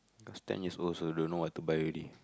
cause ten years old also don't know what to buy already